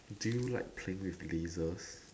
do you like playing with lasers